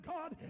God